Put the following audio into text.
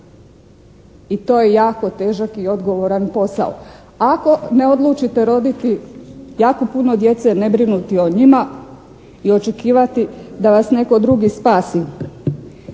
i to je jako težak i odgovoran posao. Ako ne odlučite roditi jako puno djece, ne brinuti o njima i očekivati da vas netko drugi spasi.